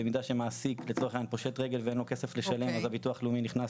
במידה שמעסיק פושט רגל ואין לו כסף לשלם אז הביטוח הלאומי נכנס